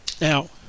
Now